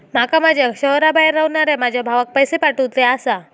माका माझ्या शहराबाहेर रव्हनाऱ्या माझ्या भावाक पैसे पाठवुचे आसा